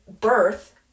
birth